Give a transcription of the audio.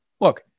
Look